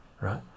right